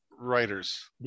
writers